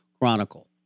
Chronicle